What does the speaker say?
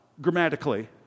grammatically